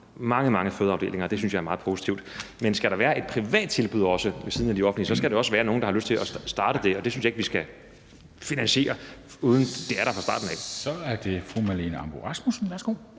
mange, mange fødeafdelinger. Det synes jeg er meget positivt. Men skal der være et privat tilbud ved siden af de offentlige, skal der også være nogle, der har lyst til at starte det, og det synes jeg ikke vi skal finansiere, uden at der er det fra starten af. Kl. 14:04 Formanden (Henrik